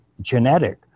genetic